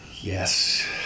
yes